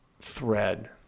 thread